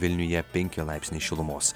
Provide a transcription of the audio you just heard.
vilniuje penki laipsniai šilumos